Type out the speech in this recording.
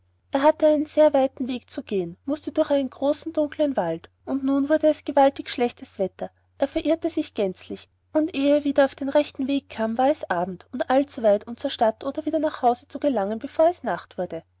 er hatte einen sehr weiten weg zu gehen mußte durch einen großen dunklen wald und nun wurde es gewaltig schlechtes wetter er verirrte sich gänzlich und ehe er wieder auf den rechten weg kam war es abend und allzuweit um zur stadt oder wieder nach hause zu gelangen bevor es nacht wurde